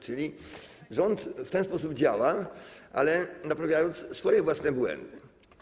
Czyli rząd w ten sposób działa, ale naprawiając swoje własne błędy.